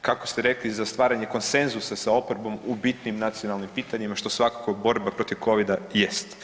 kako ste rekli za stvaranje konsenzusa sa oporbom u bitnim nacionalnim pitanjima što svakako borba protiv Covida jest.